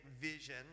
vision